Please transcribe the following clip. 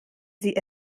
sie